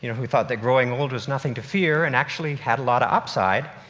you know who thought that growing old is nothing to fear and actually had a lot of upside,